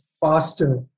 faster